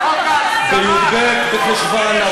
קמפיין הבחירות שלכם לא היה הסתה?